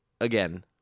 again